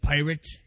Pirate